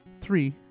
Three